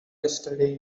yesterday